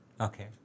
Okay